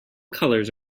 colors